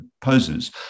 poses